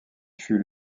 fut